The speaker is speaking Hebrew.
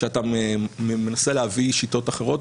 כשאתה מנסה להביא שיטות אחרות,